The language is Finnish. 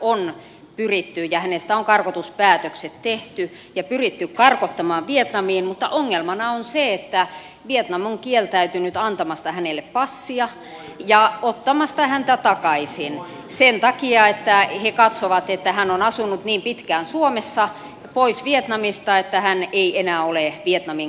todellakin tästä kyseisestä henkilöstä on karkotuspäätökset tehty ja hänet on pyritty karkottamaan vietnamiin mutta ongelmana on se että vietnam on kieltäytynyt antamasta hänelle passia ja ottamasta häntä takaisin sen takia että siellä katsotaan että hän on asunut niin pitkään suomessa pois vietnamista että hän ei enää ole vietnamin kansalainen